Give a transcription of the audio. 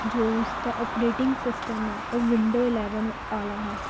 ਜੋ ਉਸ ਦਾ ਆਪਰੇਟਿੰਗ ਸਿਸਟਮ ਹੈ ਉਹ ਵਿੰਡੋ ਇਲੈਵਨ ਵਾਲਾ ਹੈ